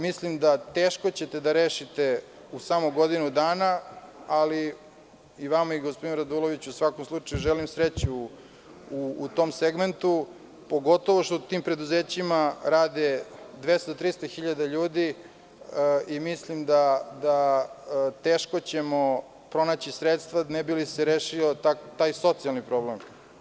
Mislim da ćete to teško da rešite u samo godinu dana, ali i vama i gospodinu Raduloviću u svakom slučaju želim sreću u tom segmentu, pogotovo što u tim preduzećima rade dvesta do trista hiljada ljudi i mislim da ćemo teško pronaći sredstva ne bi li se rešio taj socijalni problem.